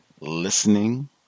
listening